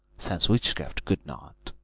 sans witchcraft could not.